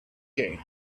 game